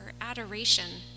adoration